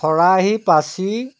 খৰাহি পাচি